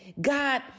God